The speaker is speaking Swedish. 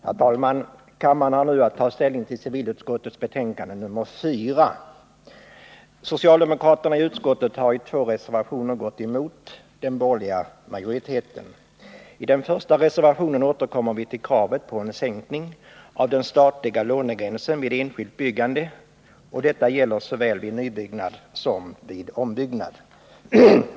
Herr talman! Kammaren har nu att ta ställning till civilutskottets betänkande nr 4. Socialdemokraterna i utskottet har i två reservationer gått emot den borgerliga majoriteten. I den första reservationen återkommer vi till kravet på en sänkning av den statliga lånegränsen vid enskilt byggande — och detta gäller såväl vid nybyggnad som vid ombyggnad.